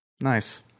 nice